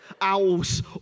Owls